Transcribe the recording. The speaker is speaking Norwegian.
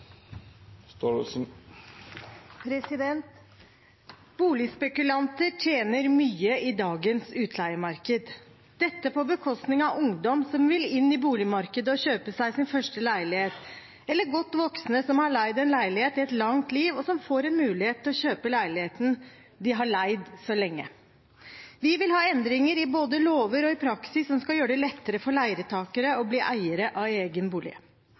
Boligspekulanter tjener mye i dagens utleiemarked, dette på bekostning av ungdom som vil inn i boligmarkedet og kjøpe seg sin første leilighet, eller godt voksne som har leid en leilighet i et langt liv, og som får en mulighet til å kjøpe leiligheten de har leid så lenge. Vi vil ha endringer både i lover og i praksis som skal gjøre det lettere for leietakere å bli eiere av